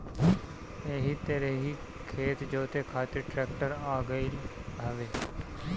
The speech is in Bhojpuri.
एही तरही खेत जोते खातिर ट्रेक्टर आ गईल हवे